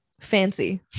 fancy